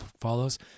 follows